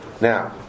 Now